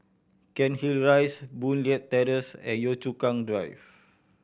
Cairnhill Rise Boon Leat Terrace and Yio Chu Kang Drive